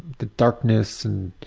the darkness and